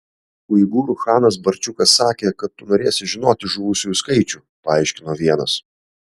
uigūrų chanas barčiukas sakė kad tu norėsi žinoti žuvusiųjų skaičių paaiškino vienas